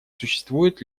существует